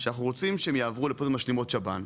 שאנחנו רוצים שהם יעברו לפעילויות משלימות שב"ן,